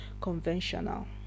conventional